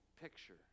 picture